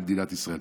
למדינת ישראל.